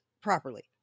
properly